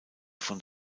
von